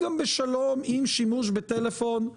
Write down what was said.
וזה בסדר גמור שאם יש דברים שכיום לא קיימים באותם תוכניות סינון.